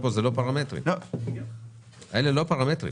לא צריך